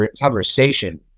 conversation